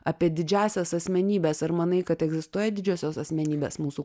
apie didžiąsias asmenybes ar manai kad egzistuoja didžiosios asmenybės mūsų